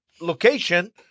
location